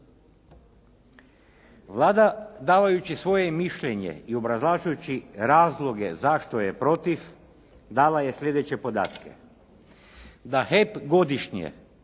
Vlada davajući svoje mišljenje i obrazlažući razloge zašto je protiv, dala je sljedeće podatke,